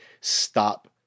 stop